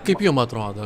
kaip jum atrodo